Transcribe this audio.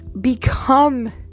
become